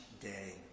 day